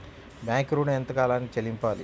Bank ఋణం ఎంత కాలానికి చెల్లింపాలి?